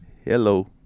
Hello